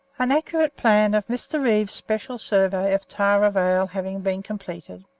an accurate plan of mr. reeve's special survey of tarra vale having been completed,